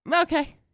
Okay